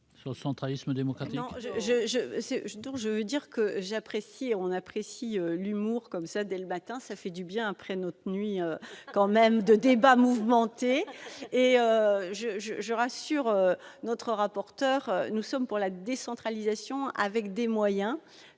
pas le centralisme démocratique,